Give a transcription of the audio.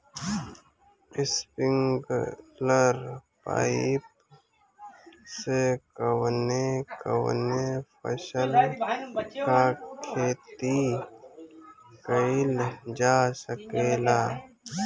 Sprinkler pipe से कवने कवने फसल क खेती कइल जा सकेला?